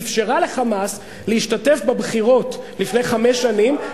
אפשרה ל"חמאס" להשתתף בבחירות לפני חמש שנים,